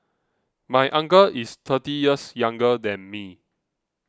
my uncle is thirty years younger than me